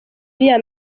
iriya